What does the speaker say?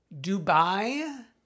Dubai